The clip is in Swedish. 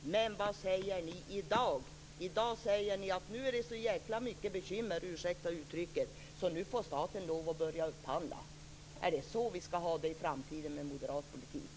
Men vad säger ni i dag? Jo, i dag säger ni att nu är det så jäkla mycket bekymmer - ursäkta uttrycket - så nu får staten lov att börja upphandla. Är det så vi skall ha det i framtiden med moderat politik?